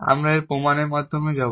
আমরা এর প্রমাণের মাধ্যমেও যাব